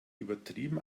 übertrieben